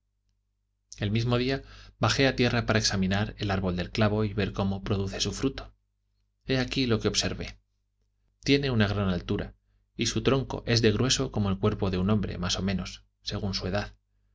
el mismo día bajé a tierra para examinar el árbol del clavo y ver cómo produce su fruto he aquí lo que observé tiene una gran altura y su tronco es de grueso como el cuerpo de un hombre más o menos según su edad